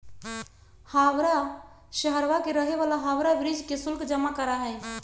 हवाड़ा शहरवा के रहे वाला हावड़ा ब्रिज के शुल्क जमा करा हई